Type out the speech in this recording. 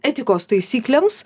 etikos taisyklėms